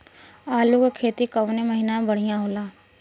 आलू क खेती कवने महीना में बढ़ियां होला?